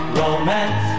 romance